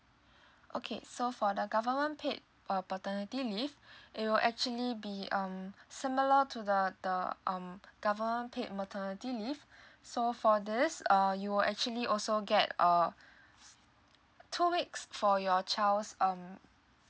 okay so for the government paid uh paternity leave it will actually be um similar to the the um government paid maternity leave so for this err you will actually also get a two weeks for your child's um